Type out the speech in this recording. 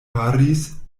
faris